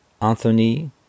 Anthony